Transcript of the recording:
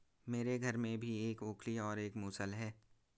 मेरे घर में भी एक ओखली और एक मूसल है